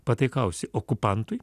pataikausi okupantui